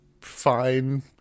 fine